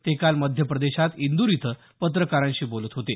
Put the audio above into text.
ते काल मध्यप्रदेशात इंदूर इथं पत्रकारांशी बोलत होते